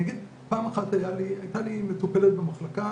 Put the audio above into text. אני אגיד, פעם אחת הייתה לי מטופלת במחלקה